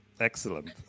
Excellent